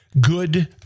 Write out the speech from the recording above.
Good